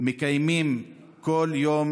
מקיימים כל יום